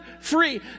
free